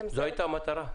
זו הייתה המטרה.